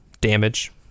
damage